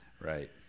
Right